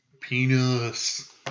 Penis